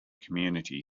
community